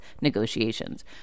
negotiations